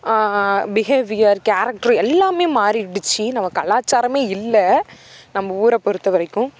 behaviour character எல்லாம் மாறிடுச்சு நம்ம கலாச்சாரம் இல்லை நம்ம ஊரை பொறுத்த வரைக்கும்